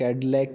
ਕੈਡ ਲੈਕ